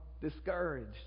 discouraged